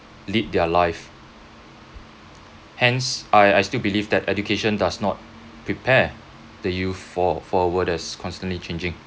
lead their life hence I I still believe that education does not prepare the youth for for a world that is constantly changing